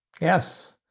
yes